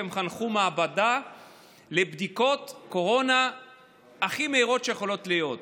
חנכו מעבדה לבדיקות קורונה הכי מהירות שיכולות להיות.